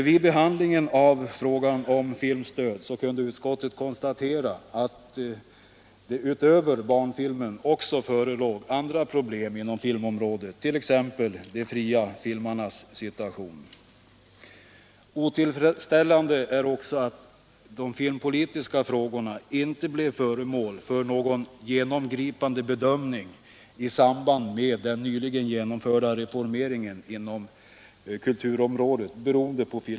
Vid behandlingen av frågan om filmstöd kunde utskottet konstatera att det utöver barnfilmen också förelåg andra problem inom filmområdet, t.ex. de fria filmarnas situation. Otillfredsställande är också att de filmpolitiska frågorna, beroende på filmavtalet, inte blir föremål för någon genomgripande bedömning i samband med den nyligen genomförda reformeringen inom kulturområdet.